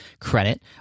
credit